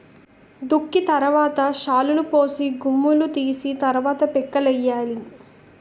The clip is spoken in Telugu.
దుక్కి తరవాత శాలులుపోసి గుమ్ములూ తీసి తరవాత పిక్కలేయ్యాలి